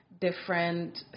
different